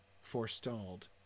forestalled